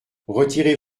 retirez